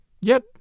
Yet